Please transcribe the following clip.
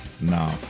No